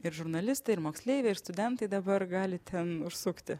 ir žurnalistai ir moksleiviai ir studentai dabar gali ten užsukti